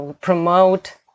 promote